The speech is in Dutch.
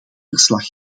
verslag